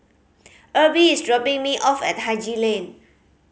Erby is dropping me off at Haji Lane